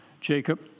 Jacob